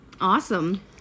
awesome